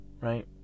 right